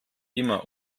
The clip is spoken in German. immer